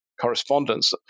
correspondence